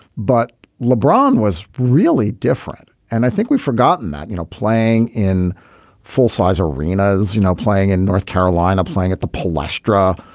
but lebron was really different. and i think we've forgotten that, you know, playing in full-size arenas, you know, playing in north carolina, playing at the plush draw,